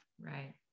Right